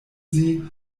sie